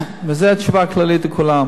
זאת תשובה כללית לכולם.